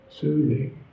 soothing